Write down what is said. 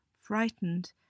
frightened